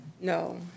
No